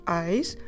eyes